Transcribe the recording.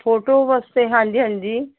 photo ਵਾਸਤੇ ਹਾਂਜੀ ਹਾਂਜੀ